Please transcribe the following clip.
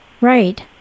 right